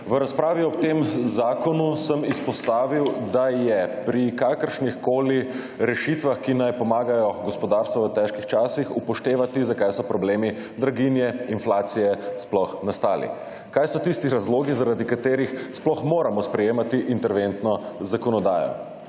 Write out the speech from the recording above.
V razpravi ob tem zakonu sem izpostavil, da je pri kakršnikoli rešitvah, ki naj pomagajo gospodarstvu v težkih časih upoštevati zakaj so problemi draginje, inflacije sploh nastali. Kaj so tisti razlogi, zaradi katerih sploh moramo sprejemati interventno zakonodajo.